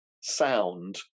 sound